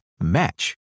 match